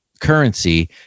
currency